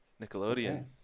Nickelodeon